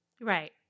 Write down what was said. Right